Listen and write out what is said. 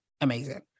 amazing